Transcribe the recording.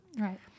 Right